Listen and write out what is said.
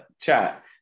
chat